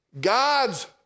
God's